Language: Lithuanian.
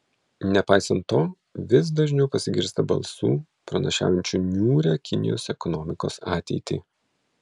nepaisant to vis dažniau pasigirsta balsų pranašaujančių niūrią kinijos ekonomikos ateitį